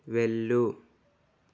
వెళ్ళు